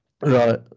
Right